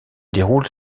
déroule